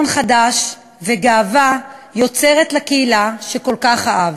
חדש וגאווה יוצרת לקהילה שכל כך אהב.